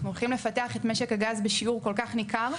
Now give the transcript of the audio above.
אנחנו הולכים לפתח את משק הגז בשיעור כל כך ניכר.